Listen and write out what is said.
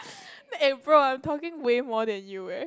eh bro I'm talking way more than you eh